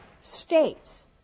states